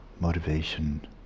motivation